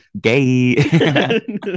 gay